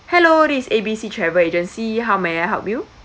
hello this is A B C travel agency how may I help you